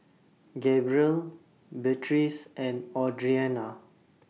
Gabriel Beatrice and Audrianna